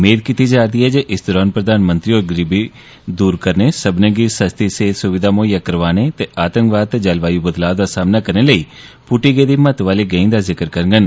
मेद कीती जा'रदी ऐ जे इस दौरान प्रधानमंत्री होर गरीबी दूर करने सब्बनें गी सस्ती सेहत सुविघा मुहैय्या करवाने ते आतंकवाद ते जलवायू बदलाव दा सामना करने लेई पुष्टी गेदी महत्व आली गैंई दा जिक्र करगंन